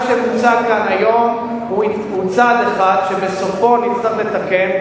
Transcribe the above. מה שמוצע כאן היום הוא צעד אחד שבסופו נצטרך לתקן,